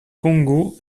congo